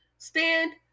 Stand